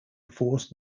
forced